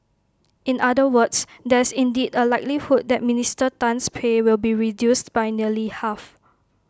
in other words there is indeed A likelihood that Minister Tan's pay will be reduced by nearly half